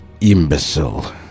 imbecile